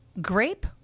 Grape